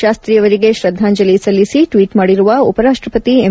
ಶಾಸ್ತಿಯವರಿಗೆ ಶ್ರದ್ಧಾಂಜಲಿ ಸಲ್ಲಿಸಿ ಟ್ಷೀಟ್ ಮಾಡಿರುವ ಉಪರಾಷ್ಷಪತಿ ಎಂ